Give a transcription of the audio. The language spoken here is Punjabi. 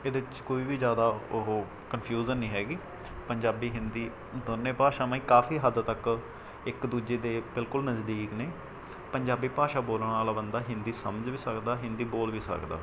ਇਹਦੇ 'ਚ ਕੋਈ ਵੀ ਜ਼ਿਆਦਾ ਉਹ ਕਨਫਿਊਜ਼ਨ ਨਹੀਂ ਹੈਗੀ ਪੰਜਾਬੀ ਹਿੰਦੀ ਦੋਨੇਂ ਭਾਸ਼ਾਵਾਂ ਹੀ ਕਾਫ਼ੀ ਹੱਦ ਤੱਕ ਇੱਕ ਦੂਜੇ ਦੇ ਬਿਲਕੁਲ ਨਜ਼ਦੀਕ ਨੇ ਪੰਜਾਬੀ ਭਾਸ਼ਾ ਬੋਲਣ ਵਾਲਾ ਬੰਦਾ ਹਿੰਦੀ ਸਮਝ ਵੀ ਸਕਦਾ ਹਿੰਦੀ ਬੋਲ ਵੀ ਸਕਦਾ